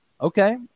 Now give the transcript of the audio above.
Okay